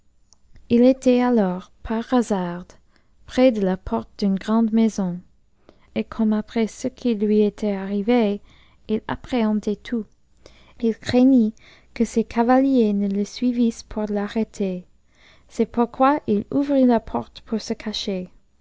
h était alors par hasard près de la porte d'une grande maison et comme après ce qui lui était arrivé il appréhendait tout il craignit que ces cavaliers ne le suivissent pour t'arrêter c'est pourquoi il ouvrit la porte pour se cacher